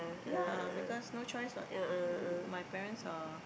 ya because no choice what my parents are